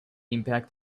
impact